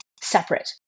separate